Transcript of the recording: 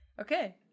Okay